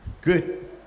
Good